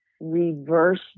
reverse